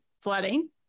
flooding